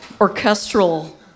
orchestral